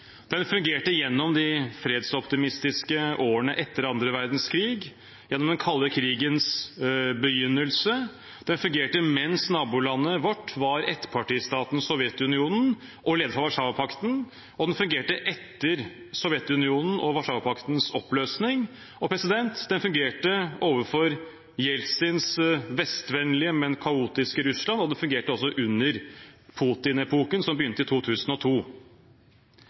Den fungerte gjennom de fredsoptimistiske årene etter annen verdenskrig og gjennom den kalde krigens begynnelse. Den fungerte mens nabolandet vårt var ettpartistaten Sovjetunionen, leder for Warszawapakten. Den fungerte etter Sovjetunionen og Warszawapaktens oppløsning. Den fungerte overfor Jeltsins vestvennlige, men kaotiske Russland, og den fungerte også under Putin-epoken, som begynte i 2002.